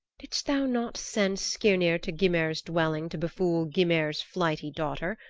didst thou not send skirnir to gymer's dwelling to befool gymer's flighty daughter?